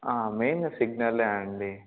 main సిగ్నలే అండి